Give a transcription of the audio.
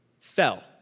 fell